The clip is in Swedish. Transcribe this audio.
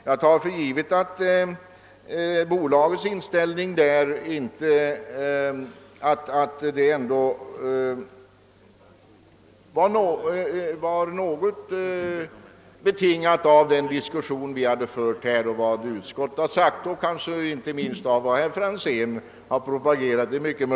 Jag tar för givet att bolagets inställning åtminstone i någon mån betingats av den diskussion vi fört här i kammaren och av vad utskottet skrivit samt kanske inte minst av herr Franzéns propaganda.